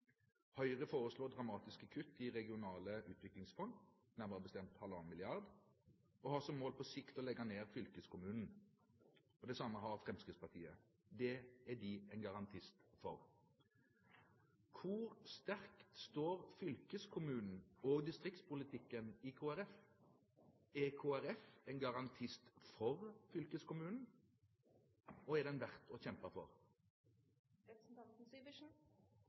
Høyre foreslår dramatiske kutt i regionale utviklingsfond, nærmere bestemt 1,5 mrd. kr, og har som mål på sikt å legge ned fylkeskommunen. Det samme har Fremskrittspartiet. Det er de en garantist for. Hvor sterkt står fylkeskommunen og distriktspolitikken i Kristelig Folkeparti – er Kristelig Folkeparti en garantist for fylkeskommunen, og er den verdt å kjempe for?